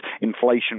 inflation